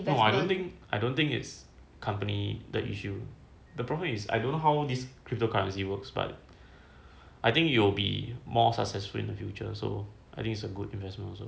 no I don't think I don't think it's company the issue the problem is I don't know how this cryptocurrency works but I think it'll be more successful in the future so I think it's a good investment also